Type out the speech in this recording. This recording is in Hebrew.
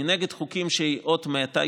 אני נגד חוקים שהם אות מתה.